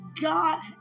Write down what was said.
God